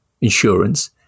insurance